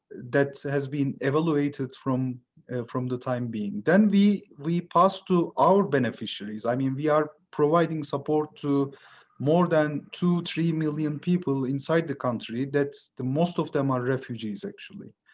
that has been evaluated from from the time being. then we we passed to our beneficiaries. i mean, we are providing support to more than two or three million people inside the country. that's the most of them are refugees, actually.